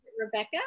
Rebecca